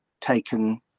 taken